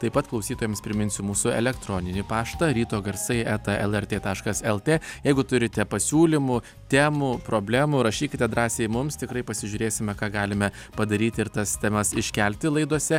taip pat klausytojams priminsiu mūsų elektroninį paštą ryto garsai eta lrt taškas lt jeigu turite pasiūlymų temų problemų rašykite drąsiai mums tikrai pasižiūrėsime ką galime padaryti ir tas temas iškelti laidose